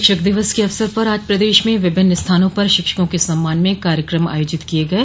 शिक्षक दिवस के अवसर पर आज प्रदेश में विभिन्न स्थानों पर शिक्षकों के सम्मान में कार्यक्रम आयोजित किये गये